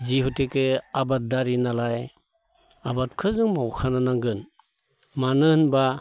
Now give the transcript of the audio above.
जिहेथुके आबादारि नालाय आबादखौ जों मावखानो नांगोन मानो होनबा